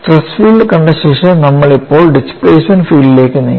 stress field കണ്ട ശേഷം നമ്മൾ ഇപ്പോൾ ഡിസ്പ്ലേസ്മെന്റ് ഫീൽഡിലേക്ക് നീങ്ങും